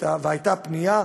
והייתה פנייה,